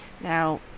Now